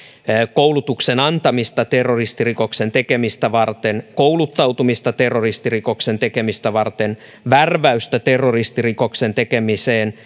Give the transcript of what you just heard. koulutuksen antamista terrorismirikoksen tekemistä varten kouluttautumista terrorismirikoksen tekemistä varten värväystä terrorismirikoksen tekemiseen